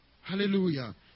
Hallelujah